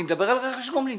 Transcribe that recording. אני מדבר על רכש גומלין.